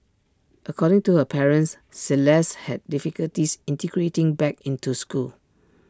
according to her parents celeste had difficulties integrating back into school